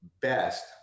best